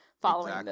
following